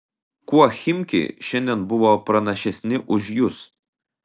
kuo chimki šiandien buvo pranašesni už jus